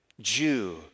Jew